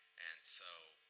and so